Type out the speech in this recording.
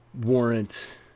warrant